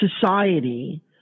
society